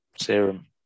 Serum